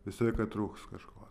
visą laiką trūks kažko